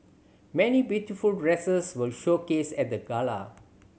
many beautiful dresses were showcased at the gala